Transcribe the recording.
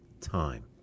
time